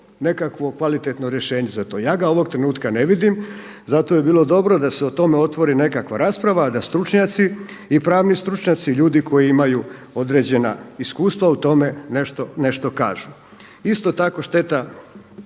nekakvo kvalitetno rješenje za to. Ja ga ovog trenutka ne vidim. Zato bi bilo dobro da se o tome otvori nekakva rasprava, da stručnjaci i pravni stručnjaci, ljudi koji imaju određena iskustva o tome nešto kažu. Isto tako šteta,